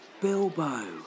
Bilbo